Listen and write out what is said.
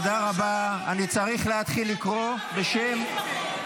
אני קובע שהצעת חוק רשות מקרקעי ישראל (תיקון,